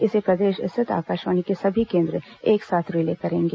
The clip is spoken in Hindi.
इसे प्रदेश स्थित आकाशवाणी के सभी केंद्र एक साथ रिले करेंगे